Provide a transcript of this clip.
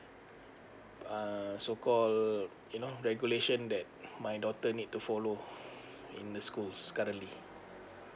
uh so called uh you know uh regulation that my daughter need to follow in the schools currently